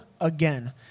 again